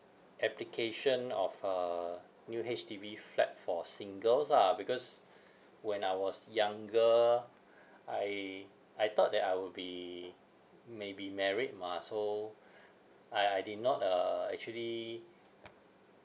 application of a new H_D_B flat for singles ah because when I was younger I I thought that I would be may be married mah so I I did not uh actually